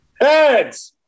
Heads